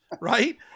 right